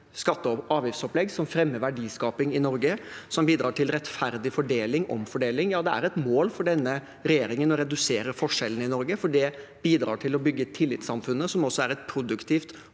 skatte- og avgiftsopplegg som fremmer verdiskaping i Norge, som bidrar til rettferdig fordeling – omfordeling. Ja, det er et mål for denne regjeringen å redusere forskjellene i Norge, for det bidrar til å bygge tillitssamfunnet, som også er et produktivt,